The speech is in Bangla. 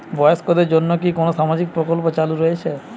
বয়স্কদের জন্য কি কোন সামাজিক প্রকল্প চালু রয়েছে?